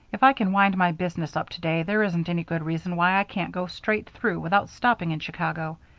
if i can wind my business up today there isn't any good reason why i can't go straight through without stopping in chicago.